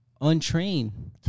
untrained